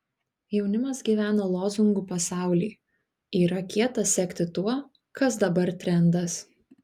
jaunimas gyvena lozungų pasauly yra kieta sekti tuo kas dabar trendas